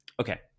Okay